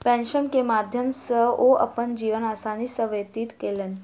pension के माध्यम सॅ ओ अपन जीवन आसानी सॅ व्यतीत कयलैन